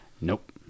Nope